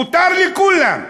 מותר לכולם.